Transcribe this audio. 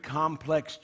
complex